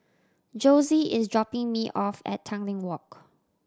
Josie is dropping me off at Tanglin Walk